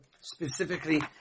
specifically